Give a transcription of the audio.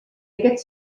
aquest